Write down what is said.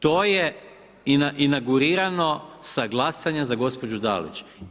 To je inaugurirano sa glasanjem za gospođu Dalić.